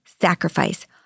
sacrifice